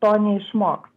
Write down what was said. to neišmoks